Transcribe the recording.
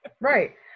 right